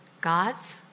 God's